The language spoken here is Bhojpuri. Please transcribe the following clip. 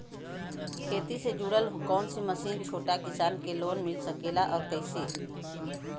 खेती से जुड़ल कौन भी मशीन छोटा किसान के लोन मिल सकेला और कइसे मिली?